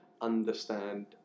understand